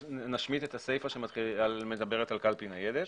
ונשמיט את הסייפא שמדברת על קלפי ניידת.